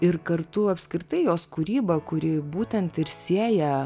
ir kartu apskritai jos kūryba kuri būtent ir sieja